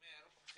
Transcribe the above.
אני פשוט שומר,